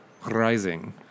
Rising